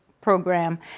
program